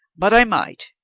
but i might.